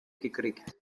gekriegt